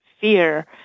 fear